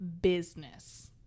business